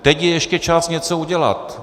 Teď je ještě čas něco udělat.